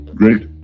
great